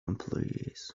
employees